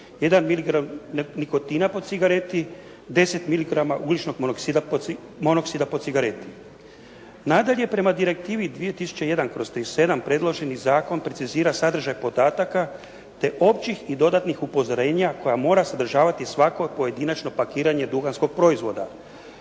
nikotina po cigareti, 10 miligrama ugljičnog monoksida po cigareti. Nadalje, prema Direktivi 2001/37 predloženi zakon precizira sadržaj podataka te općih i dodatnih upozorenja koja mora sadržavati svako pojedinačno pakiranje duhanskog proizvoda.